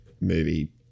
movie